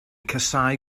casáu